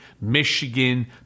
Michigan